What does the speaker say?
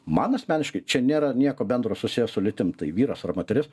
man asmeniškai čia nėra nieko bendro susiję su lytim vyras ar moteris